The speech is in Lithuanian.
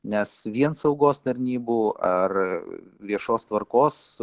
nes vien saugos tarnybų ar viešos tvarkos